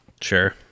sure